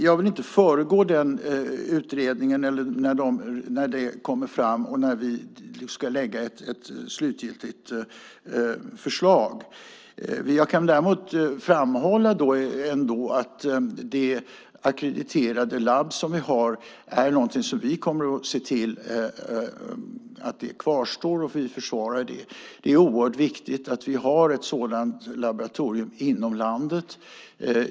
Jag vill inte föregripa den utredningen, vad den kommer fram till och vad vi ska lägga fram som slutgiltigt förslag. Jag kan däremot framhålla att vi kommer att se till att det ackrediterade labb vi har kvarstår. Vi försvarar det. Det är oerhört viktigt att vi har ett sådant laboratorium inom landet.